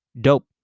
Dope